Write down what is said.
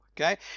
Okay